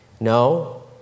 No